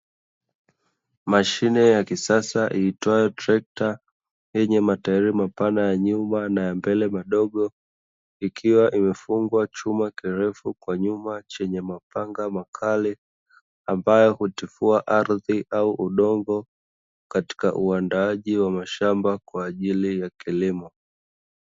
Mashine ya kisasa iitwayo trekta yenye matairi mapana ya nyuma na ya mbele madogo ikiwa imefungwa chuma kirefu kwa nyuma chenye mapanga makali ambayo hutifua ardhi au udongo katika uandaaji wa mashamba kwa ajili ya kilimo.